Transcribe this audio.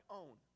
own